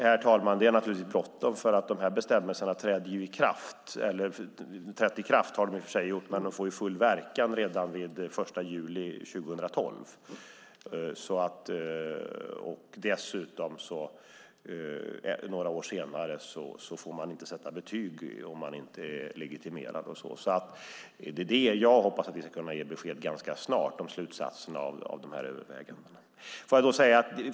Herr talman! Det är naturligtvis bråttom eftersom dessa bestämmelser har trätt i kraft och får full verkan redan den 1 juli 2012. Dessutom får man några år senare inte sätta betyg om man inte är legitimerad. Jag hoppas därför att vi ska kunna ge besked ganska snart om slutsatserna av dessa överväganden.